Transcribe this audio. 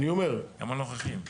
גם הנוכחיים.